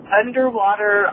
underwater